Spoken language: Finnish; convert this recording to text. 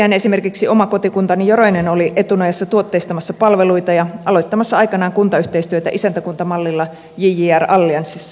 siksihän esimerkiksi oma kotikuntani joroinen oli etunojassa tuotteistamassa palveluita ja aloittamassa aikanaan kuntayhteistyötä isäntäkuntamallilla jjr allianssissa